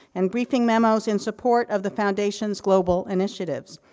and briefing memos in support of the foundation's global initiatives.